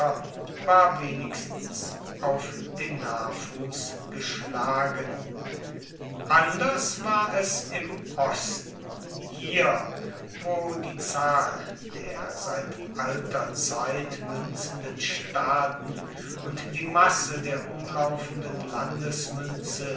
war wenigstens auf denarfuß geschlagen anders war es im osten hier wo die zahl der seit alter zeit münzenden staaten und die masse der umlaufenden